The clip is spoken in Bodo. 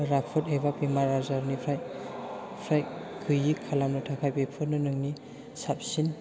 राफोद एबा बेमार आजारनिफ्राय गैयि खालामनो थाखाय बेफोरनो नोंनि साबसिन